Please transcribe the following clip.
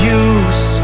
use